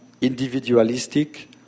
individualistic